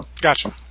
Gotcha